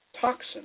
toxin